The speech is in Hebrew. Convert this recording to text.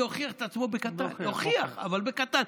זה הוכיח את עצמו בקטן, הוכיח, אבל בקטן.